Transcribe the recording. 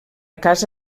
casa